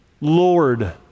Lord